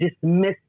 dismiss